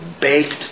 baked